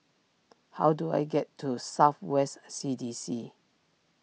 how do I get to South West C D C